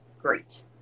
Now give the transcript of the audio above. great